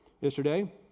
Yesterday